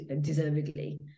deservedly